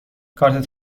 کارت